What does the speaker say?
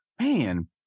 man